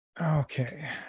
okay